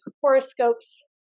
horoscopes